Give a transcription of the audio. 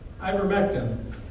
Ivermectin